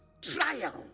triumph